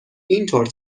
اینطور